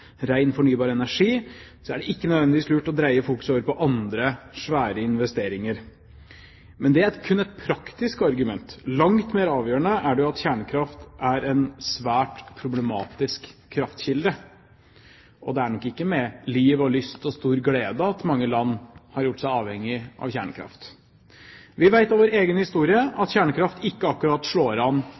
ren fornybar energi, er det ikke nødvendigvis lurt å dreie fokus over på andre, svære investeringer. Men det er kun et praktisk argument. Langt mer avgjørende er det at kjernekraft er en svært problematisk kraftkilde, og det er nok ikke med liv og lyst og stor glede at mange land har gjort seg avhengige av kjernekraft. Vi vet av vår egen historie at kjernekraft ikke akkurat slår an